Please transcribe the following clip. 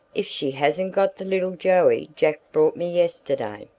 if she hasn't got the little joey, jack brought me yesterday!